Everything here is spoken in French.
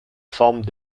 forme